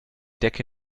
decke